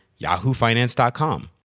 yahoofinance.com